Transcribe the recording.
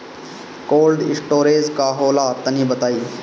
Cold storage का होला तनि बताई?